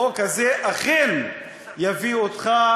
החוק הזה אכן עוד יביא אותך,